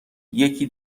یکی